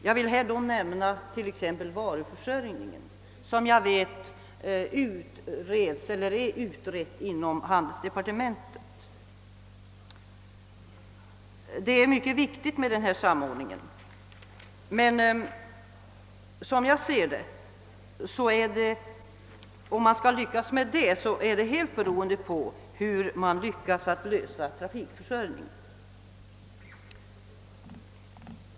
Jag vill nämna t.ex. varuförsörjningen som jag vet utreds eller är utredd inom handelsdepartementet. Denna samordning är mycket viktig, men om man skall lyckas beror enligt min uppfattning helt på hur man lyckas lösa trafikförsörjningen.